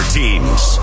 teams